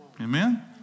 Amen